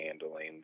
handling